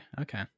Okay